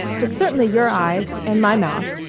but certainly your eyes and my mouth,